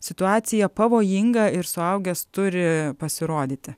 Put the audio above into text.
situacija pavojinga ir suaugęs turi pasirodyti